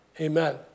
Amen